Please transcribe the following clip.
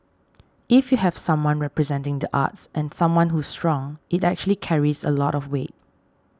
if you have someone representing the arts and someone who's strong it actually carries a lot of weight